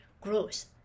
grows